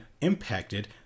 impacted